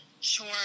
sure